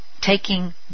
taking